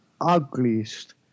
ugliest